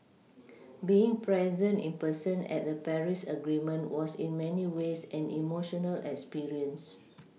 being present in person at the Paris agreement was in many ways an emotional experience